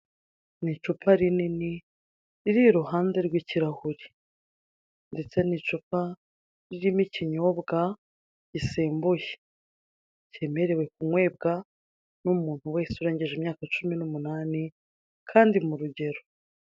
Ni icupa rinini riri iruhande rw'ikirahuri ndetse ni icupa ririmo ikinyobwa gisembuye, cyemerewe kunywebwa n'umuntu wese urengeje imyaka cumi n'umunane kandi mu rugero.